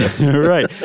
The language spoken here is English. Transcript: right